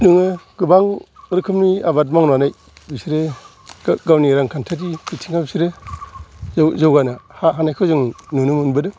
नोङो गोबां रोखोमनि आबाद मावनानै बिसोरो गावनि रांखान्थियारि बिथिंआव बिसोरो जौ जौगानो हानायखौ जों नुनो मोनबोदों